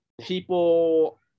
people